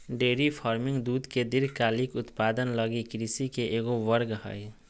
dairy farming दूध के दीर्घकालिक उत्पादन लगी कृषि के एगो वर्ग हइ